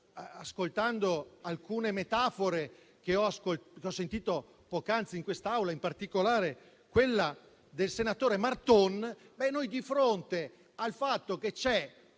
ascoltando alcune metafore che ho sentito poc'anzi in quest'Aula, in particolare quella del senatore Marton, di fronte al fatto che c'è